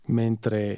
mentre